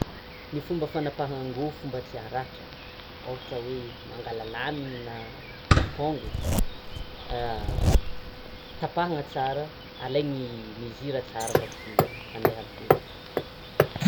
Ny fomba fanapahana angofo mba tsy haratra, ôhatra hoe mangala lamme na coupe onge, tapahana tsara, alainy mesure tsara, mba tsy handeha amin'ny hoditra.